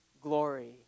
glory